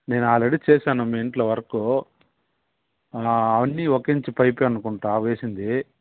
నేను అల్రెడీ చేశాను మీ ఇంట్లో వర్కు అవన్నీ ఒక ఇంచు పైపే అనుకుంటా వేసింది